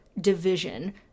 division